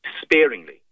sparingly